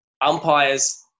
umpires